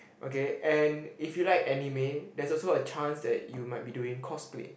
okay and if you like anime there is also a chance that you might be doing cosplay